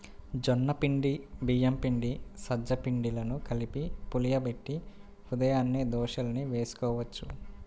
జొన్న పిండి, బియ్యం పిండి, సజ్జ పిండిలను కలిపి పులియబెట్టి ఉదయాన్నే దోశల్ని వేసుకోవచ్చు